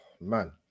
man